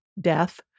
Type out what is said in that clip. death